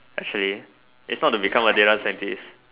actually it's not to become a day life scientist